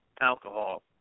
alcohol